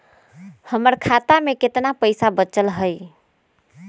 हमर खाता में केतना पैसा बचल हई?